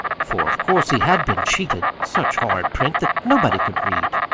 for, of course, he had been cheated such horrid print that nobody could read.